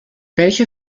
welche